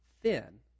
thin